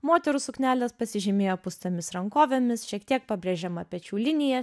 moterų suknelės pasižymėjo pūstomis rankovėmis šiek tiek pabrėžiama pečių linija